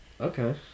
Okay